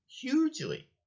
hugely